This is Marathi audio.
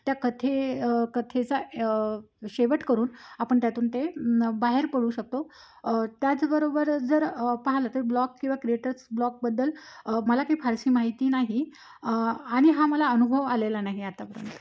त्या कथे कथेचा शेवट करून आपण त्यातून ते बाहेर पडू शकतो त्याचबरोबर जर पाहलं तर ब्लॉक किंवा क्रिएटर्स ब्लॉकबद्दल मला काही फारशी माहिती नाही आणि हा मला अनुभव आलेला नाही आतापर्यंत